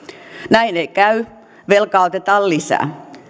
näin ei ei käy velkaa otetaan lisää